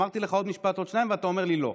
אמרתי לך עוד משפט או שניים ואתה אומר לי לא.